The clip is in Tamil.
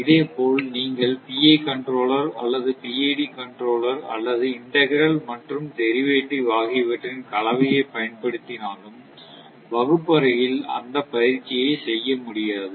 இதேபோல் நீங்கள் PI கண்ட்ரோலர் அல்லது PID கண்ட்ரோலர் அல்லது இன்டெக்ரல் மற்றும் டெரிவேட்டிவ் ஆகியவற்றின் கலவையைப் பயன்படுத்தினாலும் வகுப்பறையில் அந்த பயிற்சியைச் செய்ய முடியாது